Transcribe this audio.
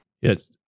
Yes